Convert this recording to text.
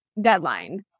deadline